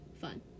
fun